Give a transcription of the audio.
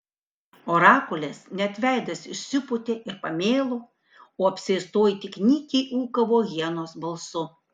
orakulės net veidas išsipūtė ir pamėlo o apsėstoji tik nykiai ūkavo hienos balsu